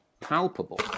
palpable